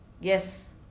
Yes